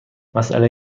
مساله